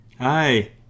Hi